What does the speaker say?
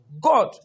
God